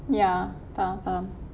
ya faham faham